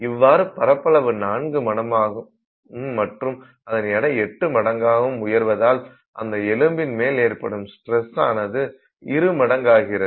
இவ்வாறு பரப்பளவு நான்கு மடங்காகும் மற்றும் அதன் எடை எட்டு மடங்கு உயர்வதால் அந்த எலும்பின் மேல் ஏற்படும் ஸ்ட்ரெஸ் ஆனது இரு மடங்காகிறது